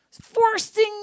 forcing